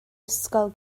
ysgol